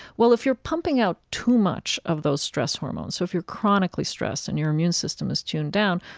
well, if you're pumping out too much of those stress hormones, so if you're chronically stressed and your immune system is tuned down,